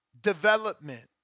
development